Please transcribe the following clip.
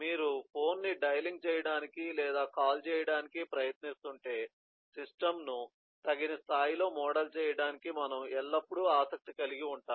మీరు ఫోన్ను డయలింగ్ చేయడానికి లేదా కాల్ చేయడానికి ప్రయత్నిస్తుంటే సిస్టమ్ను తగిన స్థాయిలో మోడల్ చేయడానికి మనము ఎల్లప్పుడూ ఆసక్తి కలిగి ఉంటాము